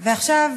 ועכשיו,